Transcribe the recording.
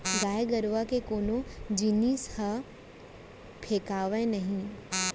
गाय गरूवा के कोनो जिनिस ह फेकावय नही